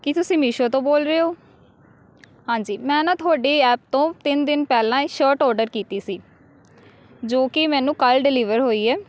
ਕੀ ਤੁਸੀਂ ਮੀਸ਼ੋ ਤੋਂ ਬੋਲ ਰਹੇ ਹੋ ਹਾਂਜੀ ਮੈਂ ਨਾ ਤੁਹਾਡੇ ਐਪ ਤੋਂ ਤਿੰਨ ਦਿਨ ਪਹਿਲਾਂ ਇਹ ਸ਼ਰਟ ਔਡਰ ਕੀਤੀ ਸੀ ਜੋ ਕਿ ਮੈਨੂੰ ਕੱਲ੍ਹ ਡਿਲੀਵਰ ਹੋਈ ਹੈ